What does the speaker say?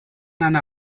einer